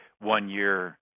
one-year